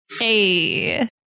Hey